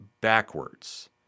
backwards